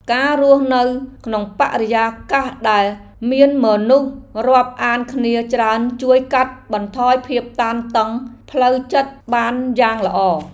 ការរស់នៅក្នុងបរិយាកាសដែលមានមនុស្សរាប់អានគ្នាច្រើនជួយកាត់បន្ថយភាពតានតឹងផ្លូវចិត្តបានយ៉ាងល្អ។